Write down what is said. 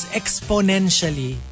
exponentially